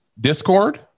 Discord